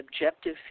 objective